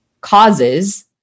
causes